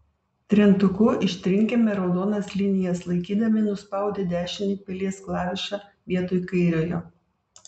trintuku ištrinkime raudonas linijas laikydami nuspaudę dešinįjį pelės klavišą vietoj kairiojo